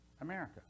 America